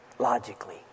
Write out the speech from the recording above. logically